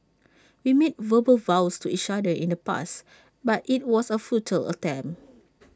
we made verbal vows to each other in the past but IT was A futile attempt